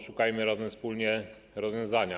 Szukajmy razem, wspólnie rozwiązania.